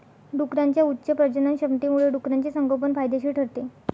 डुकरांच्या उच्च प्रजननक्षमतेमुळे डुकराचे संगोपन फायदेशीर ठरते